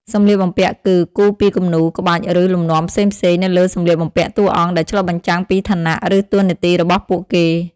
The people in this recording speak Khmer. សម្លៀកបំពាក់គឺ គូរពីគំនូរ ក្បាច់ ឬលំនាំផ្សេងៗនៅលើសម្លៀកបំពាក់តួអង្គ ដែលឆ្លុះបញ្ចាំងពីឋានៈ ឬតួនាទីរបស់ពួកគេ។